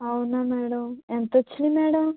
అవునా మేడమ్ ఎంతొచ్చింది మేడమ్